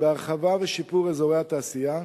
בהרחבה ובשיפור אזורי התעשייה,